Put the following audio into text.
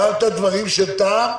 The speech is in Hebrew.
דיברת דברים של טעם,